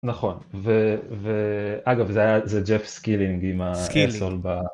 נכון ואגב זה היה זה ג'פ סקילינג עם האס הול ב...סקילינג.